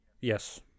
Yes